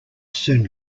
soon